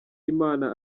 imana